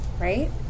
Right